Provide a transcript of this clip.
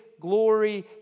glory